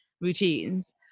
routines